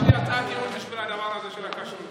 יש לי הצעת ייעול בשביל הדבר הזה של הכשרות.